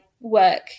work